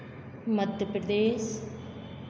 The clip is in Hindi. मध्य प्रदेश